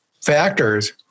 factors